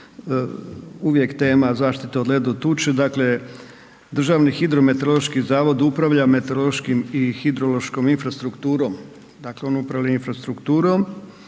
uvijek tema zaštita o ledu, tući. Dakle, Državni hidrometeorološki zavod upravlja meteorološkim i hidrološkom infrastrukturom, dakle on upravlja infrastrukturom